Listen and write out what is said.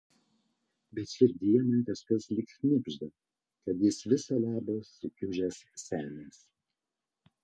bet širdyje man kažkas lyg šnibžda kad jis viso labo sukiužęs senis